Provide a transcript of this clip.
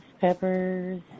peppers